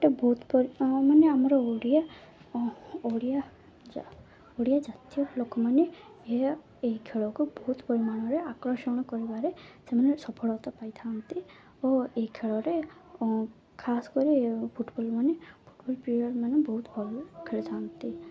ଏଟା ବହୁତ ପରି ମାନେ ଆମର ଓଡ଼ିଆ ଓଡ଼ିଆ ଓଡ଼ିଆ ଜାତୀୟ ଲୋକମାନେ ଏହା ଏହି ଖେଳକୁ ବହୁତ ପରିମାଣରେ ଆକର୍ଷଣ କରିବାରେ ସେମାନେ ସଫଳତା ପାଇଥାନ୍ତି ଓ ଏହି ଖେଳରେ ଖାସ କରି ଫୁଟବଲ୍ ମାନେ ଫୁଟବଲ୍ ପ୍ରିୟର ମାନେ ବହୁତ ଭଲ ଖେଳିଥାନ୍ତି